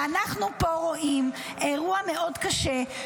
ואנחנו פה רואים אירוע מאוד קשה,